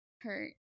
hurt